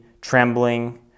trembling